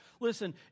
Listen